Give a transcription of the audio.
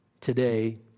today